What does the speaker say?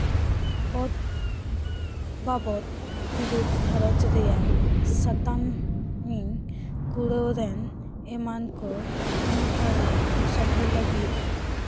ᱚᱛ ᱵᱟᱵᱚᱛ ᱵᱤᱨᱳᱫᱷ ᱜᱷᱟᱨᱚᱧᱡᱽ ᱨᱮᱭᱟᱜ ᱥᱟᱛᱟᱢ ᱤᱧ ᱠᱩᱲᱟᱹᱣ ᱨᱮᱱ ᱮᱢᱟᱱ ᱠᱚ ᱟᱹᱱ ᱟᱹᱨᱤ ᱥᱚᱞᱦᱮ ᱞᱟᱹᱜᱤᱫ